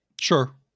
Sure